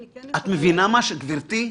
גברתי,